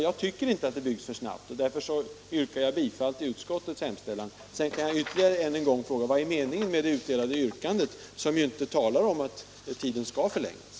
Jag tycker inte att det byggs för snabbt, och därför yrkar jag bifall till utskottets hemställan. 127 Tisdagen den yrkandet som ju inte talar om att tiden skall förlängas?